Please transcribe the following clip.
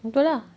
betul lah